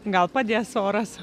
gal padės oras